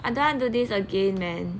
I don't want do this again man